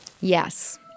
Yes